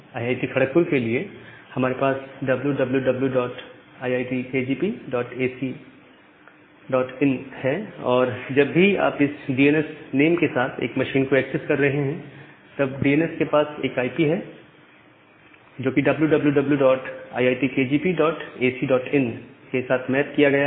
IIT Kharagpur के लिए हमारे पास यह W W W dot IITKGP dot AC dot in wwwiitkgpacin है और जब भी आप इस डीएनएस नेम के साथ एक मशीन को एक्सेस कर रहे हैं तब डीएनएस के पास एक आईपी है जो कि W W W dot IITKGP dot AC dot in wwwiitkgpacin के साथ मैप किया गया है